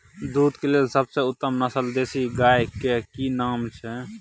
दूध के लेल सबसे उत्तम नस्ल देसी गाय के की नाम छै?